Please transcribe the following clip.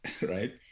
right